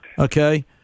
Okay